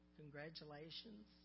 congratulations